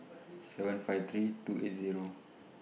seven five three two eight Zero